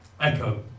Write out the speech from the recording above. Echo